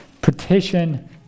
petition